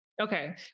okay